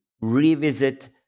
revisit